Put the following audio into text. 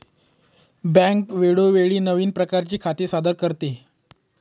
bank वेळोवेळी नवीन प्रकारची खाती सादर करते